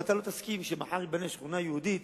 אבל אתה לא תסכים שמחר תיבנה שכונה יהודית